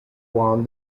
won